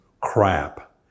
crap